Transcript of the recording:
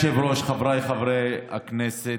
אדוני היושב-ראש, חבריי חברי הכנסת,